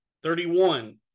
Thirty-one